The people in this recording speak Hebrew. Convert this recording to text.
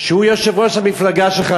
שהוא יושב-ראש המפלגה שלך,